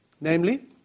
Namely